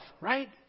right